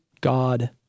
God